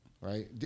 right